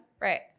Right